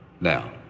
Now